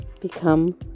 become